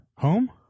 Home